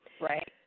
Right